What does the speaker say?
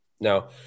Now